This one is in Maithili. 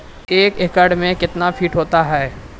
एक एकड मे कितना फीट होता हैं?